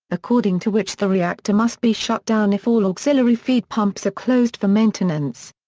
according to which the reactor must be shut down if all auxiliary feed pumps are closed for maintenance.